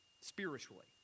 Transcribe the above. spiritually